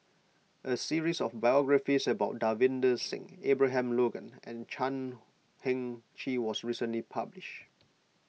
a series of biographies about Davinder Singh Abraham Logan and Chan Heng Chee was recently published